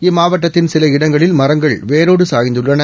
இம்மாவட்டத்தின் சில இடங்களில் மரங்கள் வேரோடு சாய்ந்துள்ளன